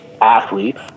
Athletes